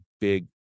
big